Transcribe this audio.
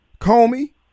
comey